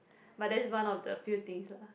but that's one of the few things lah